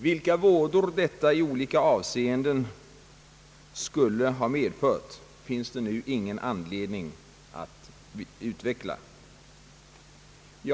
Vilka vådor detta i olika avseenden skulle ha medfört finns nu ingen anledning att utveckla.